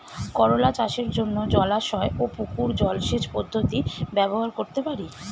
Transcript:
করোলা চাষের জন্য জলাশয় ও পুকুর জলসেচ পদ্ধতি ব্যবহার করতে পারি?